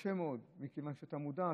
קשה מאוד, מכיוון שאתה מודע.